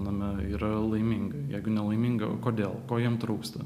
name yra laiminga jeigu nelaiminga kodėl ko jiem trūksta